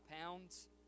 pounds